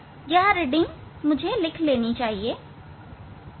यह रीडिंग मुझे लिख लेना चाहिए ठीक है